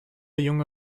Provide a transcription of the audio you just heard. junge